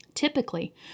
Typically